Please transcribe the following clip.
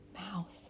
mouth